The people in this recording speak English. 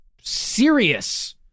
serious